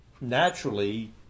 naturally